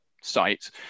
site